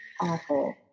awful